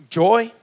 joy